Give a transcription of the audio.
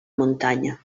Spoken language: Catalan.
muntanya